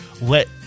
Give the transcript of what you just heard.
let